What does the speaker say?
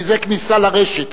כי זו כניסה לרשת.